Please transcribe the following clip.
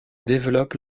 développe